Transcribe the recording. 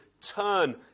Turn